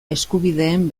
eskubideen